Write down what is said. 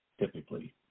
typically